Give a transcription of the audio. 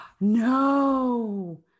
No